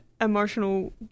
emotional